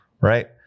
right